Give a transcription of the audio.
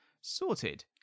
sorted